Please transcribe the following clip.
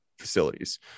facilities